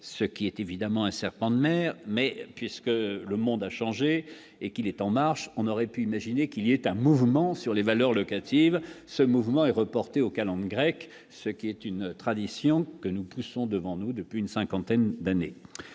ce qui est évidemment un serpent de mer mais puisque le monde a changé et qu'il est en marche, on aurait pu imaginer qu'il est un mouvement sur les valeurs locatives, ce mouvement est reportée aux calendes grecques, ce qui est une tradition que nous poussons devant nous depuis une cinquantaine d'années